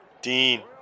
Dean